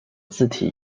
字体